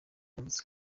yavuze